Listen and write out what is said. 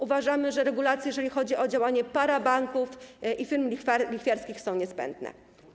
Uważamy, że regulacje, jeżeli chodzi o działanie parabanków i firm lichwiarskich, są niezbędne.